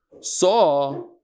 saw